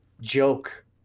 joke